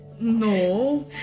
No